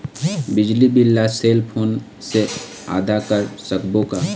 बिजली बिल ला cell phone से आदा कर सकबो का?